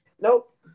Nope